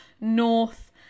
North